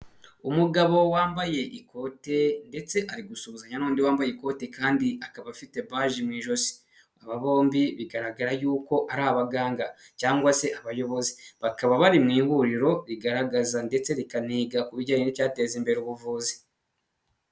Umugabo wambaye ikote ndetse ari gusuhuzanya'undi wambaye ikote kandi akaba afite baji mu ijosi aba bombi bigaragara yuko ari abaganga cyangwa se abayobozi, bakaba bari mu ihuriro rigaragaza ndetse rikaniga ku bijyanye n'icyateza imbere ubuvuzi.